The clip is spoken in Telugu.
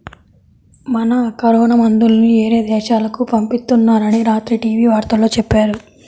మన కరోనా మందుల్ని యేరే దేశాలకు పంపిత్తున్నారని రాత్రి టీవీ వార్తల్లో చెప్పారు